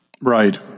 Right